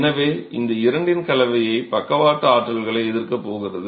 எனவே இந்த இரண்டின் கலவையே பக்கவாட்டு ஆற்றல்களை எதிர்க்கப் போகிறது